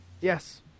Yes